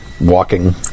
walking